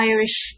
Irish